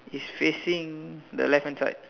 is facing the left hand side